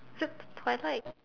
super twilight